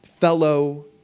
fellow